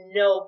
no